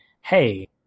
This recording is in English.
Hey